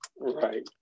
Right